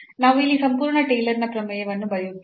ನಾವು ಇಲ್ಲಿ ಸಂಪೂರ್ಣ ಟೇಲರ್ನ ಪ್ರಮೇಯವನ್ನು ಬರೆಯುತ್ತಿಲ್ಲ